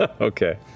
Okay